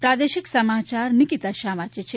પ્રાદેશિક સમાચાર નિકીતા શાહ વાંચે છે